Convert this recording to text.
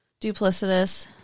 duplicitous